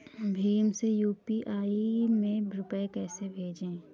भीम से यू.पी.आई में रूपए कैसे भेजें?